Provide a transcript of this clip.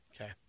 Okay